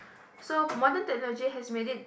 so modern technology has made it